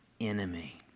enemy